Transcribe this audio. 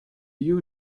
you